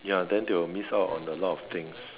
ya then they will miss out on a lot of things